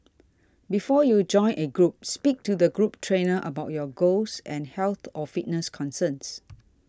before you join a group speak to the group trainer about your goals and health or fitness concerns